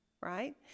right